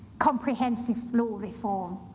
comprehensive law reform,